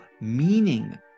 meaning